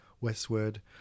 Westward